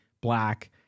black